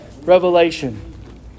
Revelation